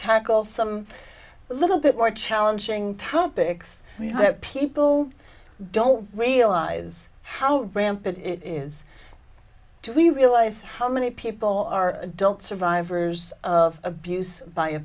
tackle some little bit more challenging topics that people don't realize how rampant it is we realize how many people are adult survivors of abuse by a